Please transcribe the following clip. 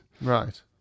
right